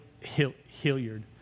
Hilliard